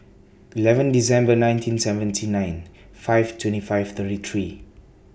eleven December nineteen seventy nine five twenty five thirty three